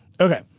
Okay